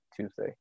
Tuesday